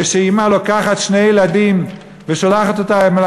כשאימא לוקחת שני ילדים ושולחת אותם אל